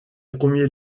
premier